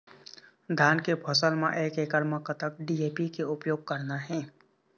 धान के फसल म एक एकड़ म कतक डी.ए.पी के उपयोग करना हे?